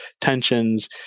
tensions